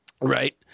Right